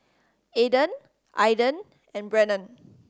Adan Aidan and Brennon